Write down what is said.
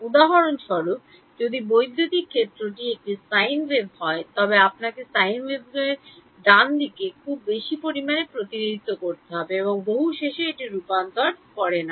উদাহরণস্বরূপ যদি বৈদ্যুতিক ক্ষেত্রটি একটি সাইন ওয়েভ হয় তবে আপনাকে সাইন ওয়েভের ডানদিকে খুব বেশি পরিমাণে প্রতিনিধিত্ব করতে হবে এবং বহুশেষে এটি রূপান্তর করে না